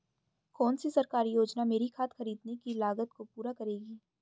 कौन सी सरकारी योजना मेरी खाद खरीदने की लागत को पूरा करेगी?